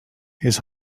his